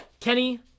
Kenny